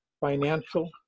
financial